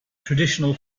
traditional